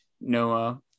Noah